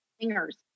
singers